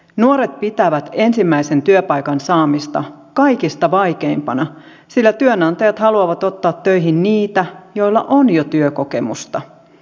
nuoret pitävät ensimmäisen työpaikan saamista kaikista vaikeimpana sillä työnantajat haluavat ottaa töihin niitä joilla on jo työkokemusta